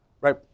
right